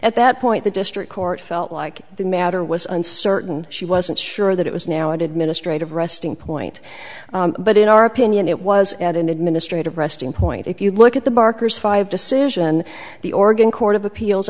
at that point the district court felt like the matter was uncertain she wasn't sure that it was now administrative resting point but in our opinion it was at an administrative resting point if you look at the barkers five decision the oregon court of appeals